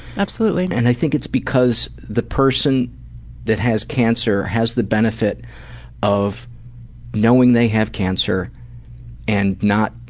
absolutely. and i think it's because the person that has cancer has the benefit of knowing they have cancer and not,